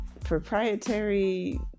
proprietary